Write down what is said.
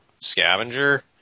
scavenger